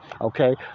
Okay